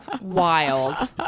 Wild